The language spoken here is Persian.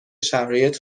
شرایط